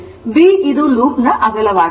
b ಇದು loop ನ ಅಗಲವಾಗಿದೆ